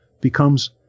becomes